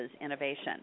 innovation